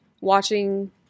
watching